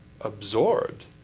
absorbed